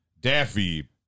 Daffy